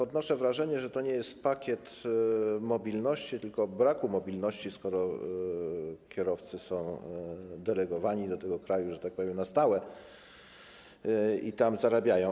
Odnoszę wrażenie, że to nie jest Pakiet Mobilności, tylko braku mobilności, skoro kierowcy są delegowani do danego kraju, że tak powiem, na stałe i tam zarabiają.